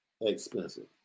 expensive